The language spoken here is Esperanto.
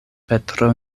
petro